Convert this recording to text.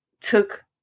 took